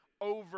over